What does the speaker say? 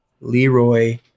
Leroy